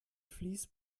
fleece